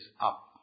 up